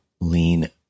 lean